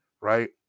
right